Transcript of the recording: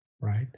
right